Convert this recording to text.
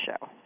show